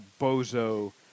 bozo